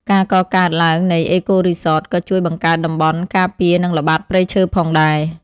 ការកកើតឡើងនៃ អេកូរីសតក៏ជួយបង្កើតតំបន់ការពារនិងល្បាតព្រៃឈើផងដែរ។